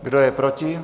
Kdo je proti?